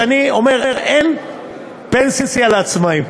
שאני אומר: אין פנסיה לעצמאים.